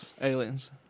Aliens